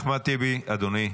אחמד טיבי, אדוני.